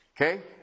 Okay